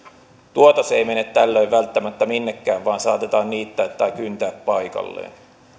tuotos ei mene tällöin välttämättä minnekään vaan saatetaan niittää tai kyntää paikalleen